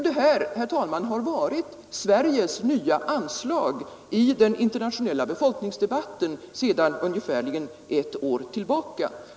Detta, herr talman, har varit Sveriges nya anslag i den internationella befolkningsdebatten sedan ungefär ett år tillbaka.